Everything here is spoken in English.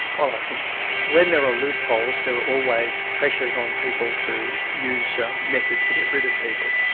well i think that when there are loopholes, there are always pressures on people to use methods to get rid of people.